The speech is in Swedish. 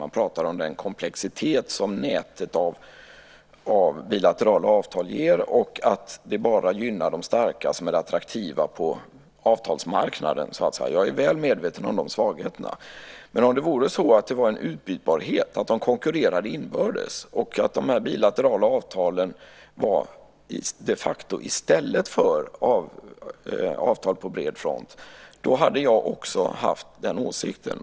Man pratar om den komplexitet som nätet av bilaterala avtal ger och att det bara gynnar de starka som är attraktiva på avtalsmarknaden. Jag är väl medveten om dessa svagheter. Om det fanns en utbytbarhet och de konkurrerade inbördes, och om de bilaterala avtalen de facto var i stället för avtal på bred front hade jag också haft den åsikten.